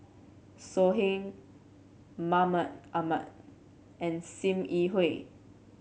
So Heng Mahmud Ahmad and Sim Yi Hui